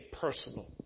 personal